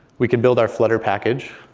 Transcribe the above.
we can build our flutter package.